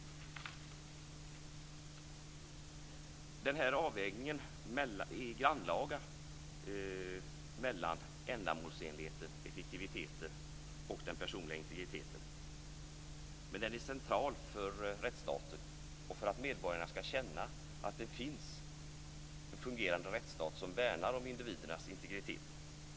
Den här avvägningen mellan ändamålsenlighet, effektivitet, och den personliga integriteten är grannlaga. Men den är central för rättsstaten och för att medborgarna skall känna att det finns en fungerande rättsstat som värnar om individernas integritet.